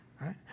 right